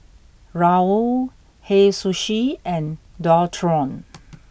Raoul Hei Sushi and Dualtron